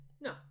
No